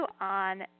on